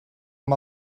amb